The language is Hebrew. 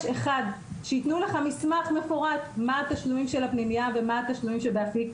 שיתנו לך מסמך מפורט מה התשלומים של הפנימייה ומה התשלומים באפיק.